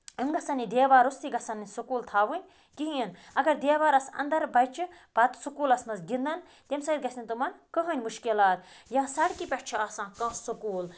یِم گَژھَن یہِ دیوار روستٕے گَژھَن نہٕ سکول تھاوٕنۍ کِہیٖنۍ اگر دیوارَس اَندر بَچہِ پَتہٕ سکولَس مَنٛز گِندَن تَمہِ سۭتۍ گَژھہِ نہٕ تِمَن کٕہنۍ مُشکِلات یا سڑکہِ پٮ۪ٹھ چھُ آسان کانٛہہ سکول